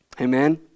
Amen